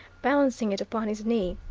balancing it upon his knee.